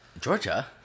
georgia